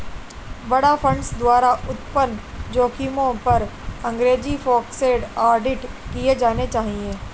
बाड़ा फंड्स द्वारा उत्पन्न जोखिमों पर अंग्रेजी फोकस्ड ऑडिट किए जाने चाहिए